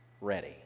ready